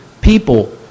people